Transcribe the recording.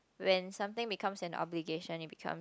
when something become an obligation it become